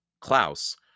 Klaus